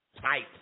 tight